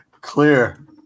clear